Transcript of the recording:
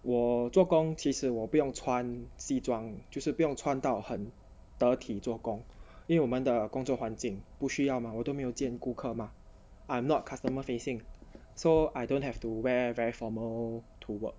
我做工其实我不用穿西装就是不用穿到很得体做工因为我们的工作环境不需要吗我都没有见顾客吗 I'm not customer facing so I don't have to wear very formal to work